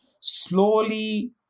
slowly